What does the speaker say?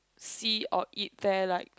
see or eat there like